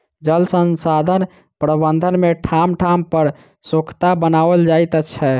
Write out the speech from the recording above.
जल संसाधन प्रबंधन मे ठाम ठाम पर सोंखता बनाओल जाइत छै